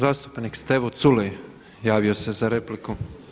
Zastupnik Stevo Culej javio se za repliku.